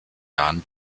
jahren